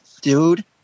Dude